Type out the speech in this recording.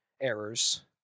errors